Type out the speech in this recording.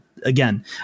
again